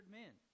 men